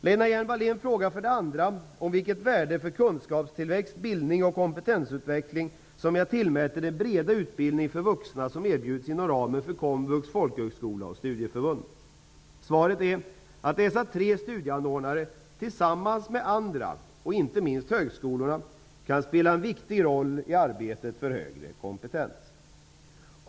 Lena Hjelm-Wallén frågar för det andra om vilket värde vad gäller kunskapsväxt, bildning och kompetensutveckling som jag tillmäter den breda utbildning för vuxna som erbjuds inom ramen för komvux, folkhögskola och studieförbund. Svaret är att dessa tre studieanordnare -- tillsammans med andra, inte minst högskolorna -- kan spela en viktig roll i arbetet för högre kompetens.